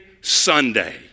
Sunday